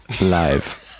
live